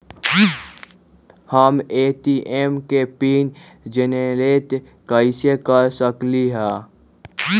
हम ए.टी.एम के PIN generate कईसे कर सकली ह?